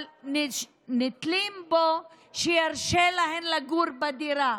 אבל הם תלויים בו שירשה להם לגור בדירה,